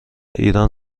ایران